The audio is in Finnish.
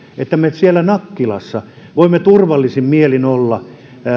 että me siellä nakkilassa voimme turvallisin mielin olla